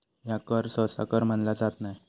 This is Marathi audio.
ह्या कर सहसा कर मानला जात नाय